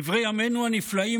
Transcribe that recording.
דברי ימינו הנפלאים,